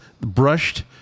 brushed